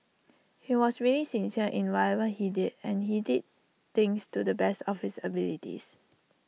he was really sincere in whatever he did and he did things to the best of his abilities